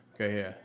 okay